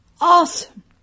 awesome